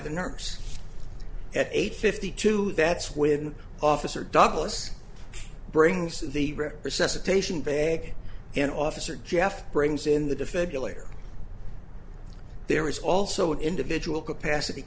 the nurse at eight fifty two that's when officer douglas brings the represents a taishan bag an officer jeff brings in the defender later there is also an individual capacity